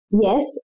Yes